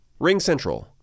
RingCentral